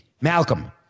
Malcolm